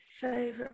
favorite